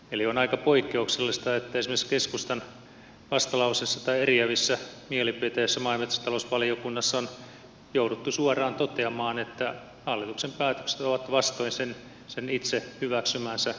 eli on aika poikkeuksellista että esimerkiksi keskustan vastalauseessa tai eriävissä mielipiteissä maa ja metsätalousvaliokunnassa on jouduttu suoraan toteamaan että hallituksen päätökset ovat vastoin sen itse hyväksymää hallitusohjelmaa